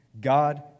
God